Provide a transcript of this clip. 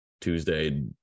Tuesday